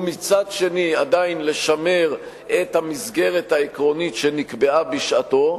ומצד שני עדיין לשמר את המסגרת העקרונית שנקבעה בשעתה,